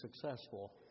successful